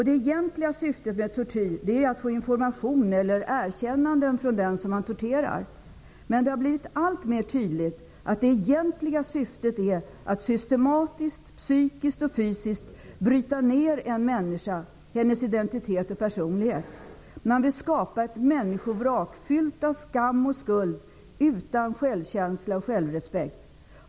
Det egentliga syftet med tortyr är att få information eller erkännanden från den som torteras. Men det har blivit allt tydligare att det egentliga syftet är att systematiskt, psykiskt och fysiskt, bryta ner en människa, att bryta ner hennes identitet och personlighet. Man vill skapa ett människovrak fyllt av skam och skuld, utan självkänsla och självrespekt.